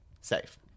Safe